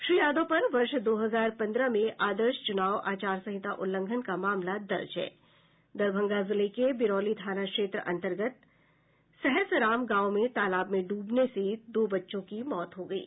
श्री यादव पर वर्ष दो हजार पन्द्रह में आदर्श चुनाव आचारसंहिता उल्लंघन का मामला दर्ज है दरभंगा जिले के बिरौली थाना क्षेत्र अंतर्गत सहसराम गांव में तालाब में डूबने से दो बच्चों की मौत हो गयी